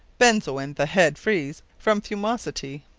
benzoin the head frees from fumosity.